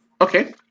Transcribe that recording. Okay